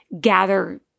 gather